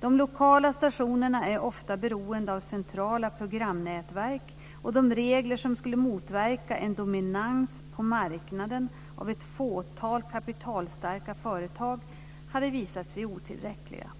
De lokala stationerna är ofta beroende av centrala programnätverk, och de regler som skulle motverka en dominans på marknaden av ett fåtal kapitalstarka företag hade visat sig otillräckliga.